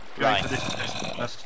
Right